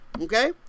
Okay